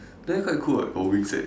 then quite cool [what] got wings eh